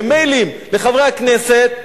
ומיילים לחברי הכנסת,